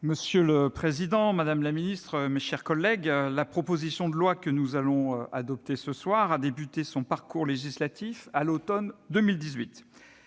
Monsieur le président, madame la ministre, mes chers collègues, la proposition de loi que nous allons adopter ce jour a commencé son parcours législatif à l'automne 2018.